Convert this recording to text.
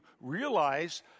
realize